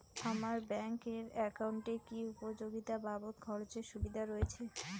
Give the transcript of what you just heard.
আমার ব্যাংক এর একাউন্টে কি উপযোগিতা বাবদ খরচের সুবিধা রয়েছে?